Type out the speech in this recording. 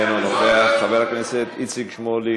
אינו נוכח, חבר הכנסת איציק שמולי,